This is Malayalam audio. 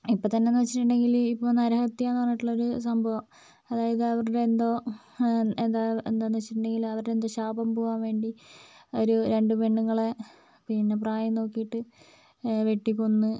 ഇപ്പത്തന്നെന്ന് വെച്ചിട്ടുണ്ടെങ്കില് ഇപ്പോൾ നരഹത്യ എന്ന് പറഞ്ഞിട്ടുള്ളൊരു സംഭവം അതായത് അവരുടെ എന്തോ എന്താ എന്താന്ന് വെച്ചിട്ടിണ്ടെങ്കില് അവരെന്തോ ശാപം പോകാൻ വേണ്ടി ഒരു രണ്ട് പെണ്ണുങ്ങളെ പിന്നെ പ്രായം നോക്കിയിട്ട് വെട്ടിക്കൊന്ന്